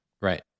right